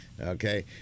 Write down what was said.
Okay